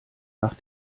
nach